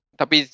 tapi